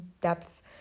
depth